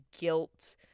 guilt